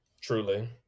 Truly